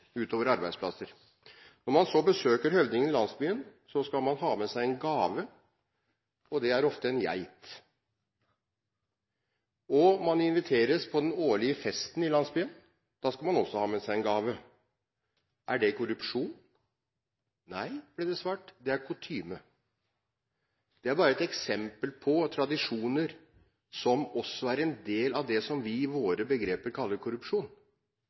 utover arbeidsplasser. Når man besøker høvdingen i landsbyen, skal man ha med seg en gave, og det er ofte en geit. Om man inviteres på den årlige festen i landsbyen, skal man også ha med seg en gave. Er det korrupsjon? Nei, ble det svart, det er kutyme. Dette er bare ett eksempel på tradisjoner, som også er en del av det som vi i våre begreper kaller korrupsjon.